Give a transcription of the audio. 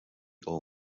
all